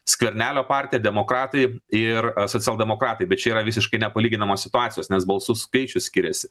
skvernelio partija demokratai ir socialdemokratai bet čia yra visiškai nepalyginamos situacijos nes balsų skaičius skiriasi